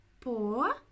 Po